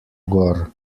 gor